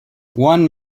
one